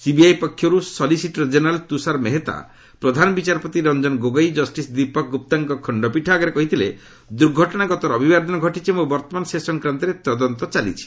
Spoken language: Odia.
ସିବିଆଇ ପକ୍ଷର୍ତ ସଲିସିଟର ଜେନେରାଲ୍ ତୃଷାର ମେହତା ପ୍ରଧାନ ବିଚାରପତି ରଞ୍ଜନ ଗୋଗୋଇ ଓ ଜଷ୍ଟିସ୍ ଦୀପକ୍ ଗ୍ରପ୍ତାଙ୍କ ଖଣ୍ଡପୀଠ ଆଗରେ କହିଥିଲେ ଦୁର୍ଘଟଣା ଗତ ରବିବାର ଦିନ ଘଟିଛି ଏବଂ ବର୍ତ୍ତମାନ ସେ ସଂକ୍ରାନ୍ତରେ ତଦନ୍ତ ଚାଲିଛି